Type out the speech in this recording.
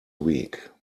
weak